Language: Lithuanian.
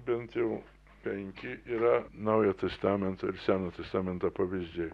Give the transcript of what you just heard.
bent jau penki yra naujo testamento ir seno testamento pavyzdžiai